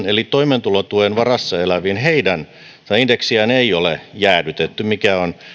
eli toimeentulotuen varassa elävien indeksiä ei ole jäädytetty mikä on